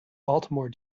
baltimore